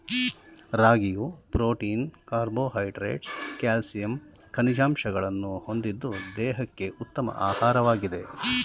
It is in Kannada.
ರಾಗಿಯು ಪ್ರೋಟೀನ್ ಕಾರ್ಬೋಹೈಡ್ರೇಟ್ಸ್ ಕ್ಯಾಲ್ಸಿಯಂ ಖನಿಜಾಂಶಗಳನ್ನು ಹೊಂದಿದ್ದು ದೇಹಕ್ಕೆ ಉತ್ತಮ ಆಹಾರವಾಗಿದೆ